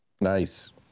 Nice